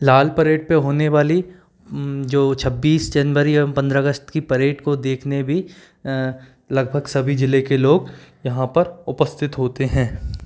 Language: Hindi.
लाल परेड पर होने वाली जो छब्बीस जनवरी एवं पंद्रह अगस्त की परेड को देखने भी लगभग सभी ज़िले के लोग यहाँ पर उपस्थित होते हैं